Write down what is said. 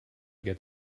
get